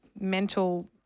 mental